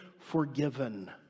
forgiven